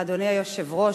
אדוני היושב-ראש,